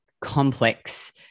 complex